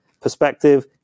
perspective